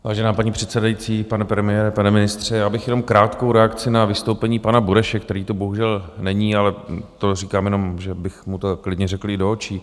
Vážená paní předsedající, pane premiére, pane ministře, já bych jenom krátkou reakci na vystoupení pana Bureše, který tu bohužel není, ale to říkám jenom, že bych mu to klidně řekl i do očí.